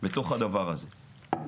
בתוך הדבר הזה.